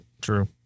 True